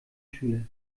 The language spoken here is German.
schüler